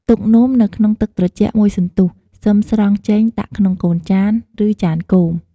ទុកនំនៅក្នុងទឹកត្រជាក់មួយសន្ទុះ សឹមស្រង់ចេញដាក់ក្នុងកូនចាន ឬចានគោម។